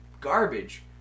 garbage